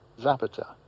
Zapata